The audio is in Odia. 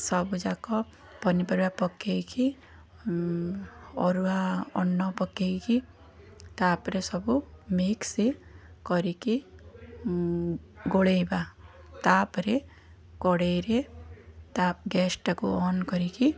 ସବୁଯାକ ପନିପରିବା ପକେଇକି ଅରୁଆ ଅର୍ଣ୍ଣ ପକେଇକି ତା'ପରେ ସବୁ ମିକ୍ସ କରିକି ଗୋଳେଇବା ତା'ପରେ କଢ଼େଇରେ ତା ଗେସ୍ଟାକୁ ଅନ୍ କରିକି